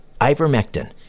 Ivermectin